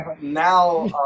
Now